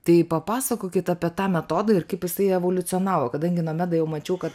tai papasakokit apie tą metodą ir kaip jisai evoliucionavo kadangi nomeda jau mačiau kad